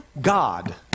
God